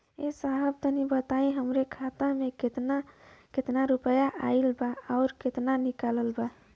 ए साहब तनि बताई हमरे खाता मे कितना केतना रुपया आईल बा अउर कितना निकलल बा?